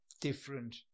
different